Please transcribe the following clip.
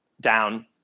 down